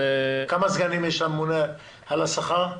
כמה סגנים יש לממונה על השכר?